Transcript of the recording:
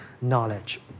knowledge